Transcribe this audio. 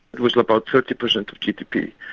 it was about thirty percent of gdp,